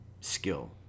skill